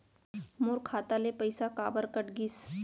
मोर खाता ले पइसा काबर कट गिस?